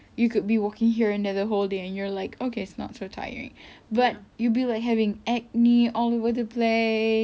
you could be walking here and there the whole day and you're like okay it's not so tired but you'll be like having acne all over the place